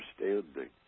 understanding